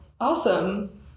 Awesome